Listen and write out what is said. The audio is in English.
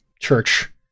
church